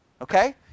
Okay